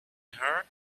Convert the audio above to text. her